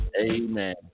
Amen